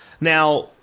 Now